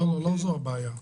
לא זו הבעיה.